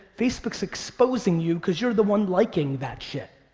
facebook's exposing you cause you're the one liking that shit.